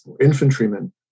infantrymen